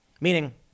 meaning